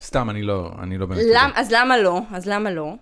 סתם, אני לא במיוחד. אז למה לא? אז למה לא?